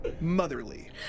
motherly